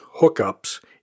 hookups